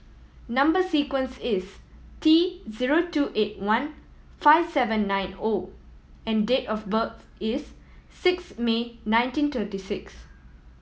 number sequence is T zero two eight one five seven nine O and date of birth is six May nineteen thirty six